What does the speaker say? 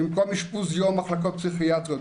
במקום אשפוז יום במחלקות פסיכיאטריות,